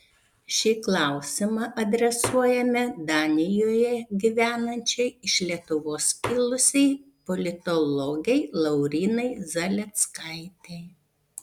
šį klausimą adresuojame danijoje gyvenančiai iš lietuvos kilusiai politologei laurynai zaleckaitei